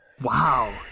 Wow